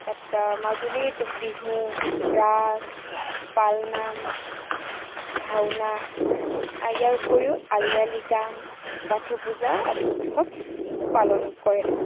মাজুলীত বিহু ৰাস পালনাম ভাওনা ইয়াৰ উপৰিও আলি আই লৃগাং বাথৌ পূজা আদি উৎসৱ পালন কৰে